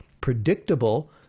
predictable